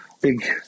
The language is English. big